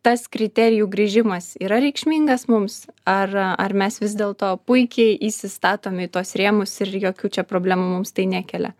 tas kriterijų grįžimas yra reikšmingas mums ar ar mes vis dėlto puikiai įsistatom į tuos rėmus ir jokių čia problemų mums tai nekelia